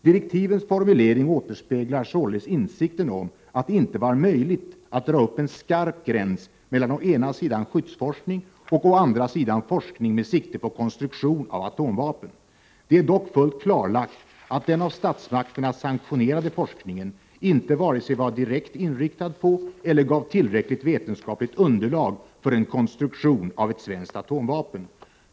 Direktivens formulering återspeglar således insikten om att det inte var möjligt att dra upp en skarp gräns mellan å ena sidan skyddsforskning och å andra sidan forskning med sikte på konstruktion av atomvapen. Det är dock fullt klarlagt att den av statsmakterna sanktionerade forskningen inte vare sig var direkt inriktad på eller gav tillräckligt vetenskapligt underlag för en konstruktion av ett svenskt atomvapen.